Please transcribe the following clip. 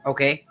Okay